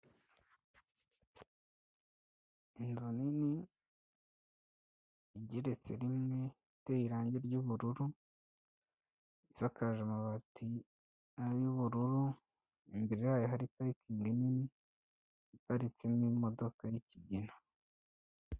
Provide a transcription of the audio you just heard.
Inzu nini igeretse rimwe, iteye irangi ry'ubururu isakaje amabati ay'ubururu, imbere yayo hari parikingi nini iparitsemo imodoka y'ikigina.